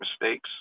mistakes